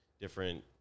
different